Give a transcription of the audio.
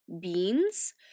beans